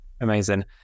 Amazing